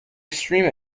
extreme